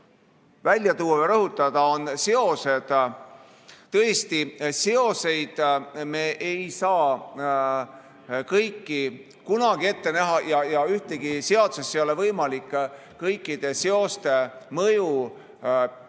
ma tahaksin rõhutada, on seosed. Tõesti, seoseid me ei saa kõiki kunagi ette näha ja ühessegi seadusesse ei ole võimalik kõikide seoste mõju ja